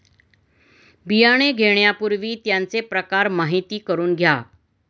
बियाणे घेण्यापूर्वी त्यांचे प्रकार माहिती करून घ्या